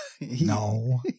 No